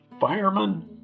fireman